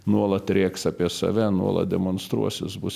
nuolat rėks apie save nuolat demonstruosis bus